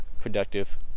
productive